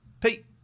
Pete